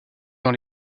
dans